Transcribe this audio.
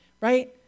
right